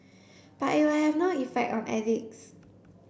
but it will have no effect on addicts